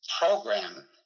program